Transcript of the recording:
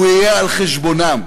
הוא יהיה על חשבונם.